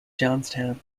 johnstown